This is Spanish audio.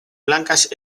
blancas